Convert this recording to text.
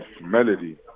melody